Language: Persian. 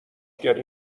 گری